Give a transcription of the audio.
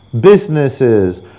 businesses